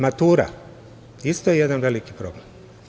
Matura, isto jedan veliki problem.